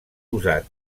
usat